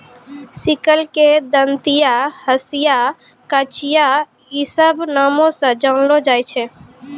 sickle के दंतिया, हंसिया, कचिया इ सभ नामो से जानलो जाय छै